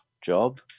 job